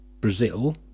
Brazil